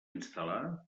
instal·lar